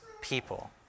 people